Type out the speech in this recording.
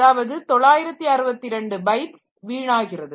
அதாவது 962 பைட்ஸ் வீணாகிறது